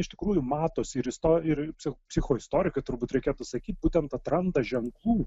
iš tikrųjų matosi ir isto ir psi psichoistorikai turbūt reikėtų sakyti būtent atranda ženklų